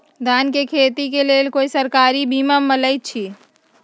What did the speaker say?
धान के खेती के लेल कोइ सरकारी बीमा मलैछई?